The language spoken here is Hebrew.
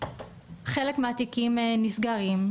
חלק מהתיקים נסגרים.